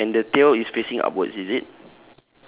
ya and the tail is facing upwards is it